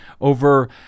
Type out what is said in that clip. over